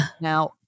now